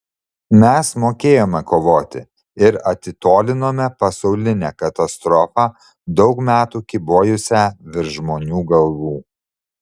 mes mokėjome kovoti ir atitolinome pasaulinę katastrofą daug metų kybojusią virš žmonių galvų